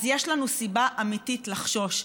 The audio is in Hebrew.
אז יש לנו סיבה אמיתית לחשוש,